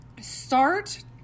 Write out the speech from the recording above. start